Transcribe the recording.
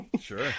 Sure